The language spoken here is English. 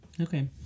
Okay